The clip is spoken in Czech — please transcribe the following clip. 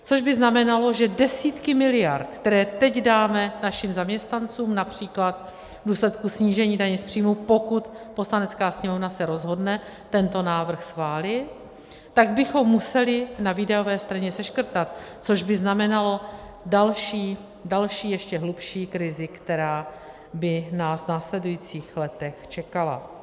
Což by znamenalo, že desítky miliard, které teď dáme našim zaměstnancům například v důsledku snížení daně z příjmů, pokud Poslanecká sněmovna se rozhodne tento návrh schválit, tak bychom museli na výdajové straně seškrtat, což by znamenalo další, ještě hlubší krizi, která by nás v následujících letech čekala.